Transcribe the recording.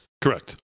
Correct